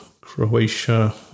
Croatia